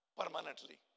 permanently